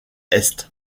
est